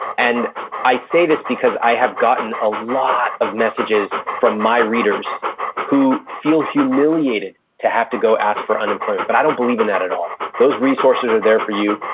and i say this because i have gotten a lot of messages from my readers who feel humiliated to have to go ask for unemployment, but i don't believe in that at all. those resources are there for you,